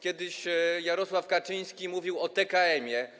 Kiedyś Jarosław Kaczyński mówił o TKM-ie.